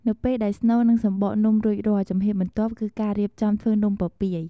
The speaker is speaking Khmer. នៅពេលដែលស្នូល និងសំបកនំរួចរាល់ ជំហានបន្ទាប់គឺការរៀបចំធ្វើនំពពាយ។